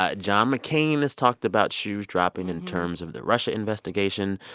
ah john mccain has talked about shoes dropping in terms of the russia investigation.